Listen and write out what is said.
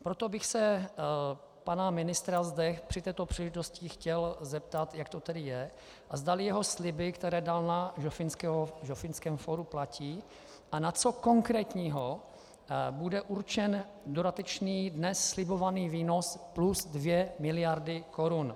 Proto bych se pana ministra zde při této příležitosti chtěl zeptat, jak to tedy je a zda jeho sliby, které dal na Žofínském fóru, platí a na co konkrétního bude určen dodatečný dnes slibovaný výnos plus 2 miliardy korun.